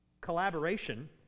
collaboration